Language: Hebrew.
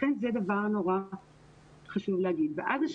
לכן, זה דבר מאוד חשוב להגיד.